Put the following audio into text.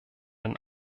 den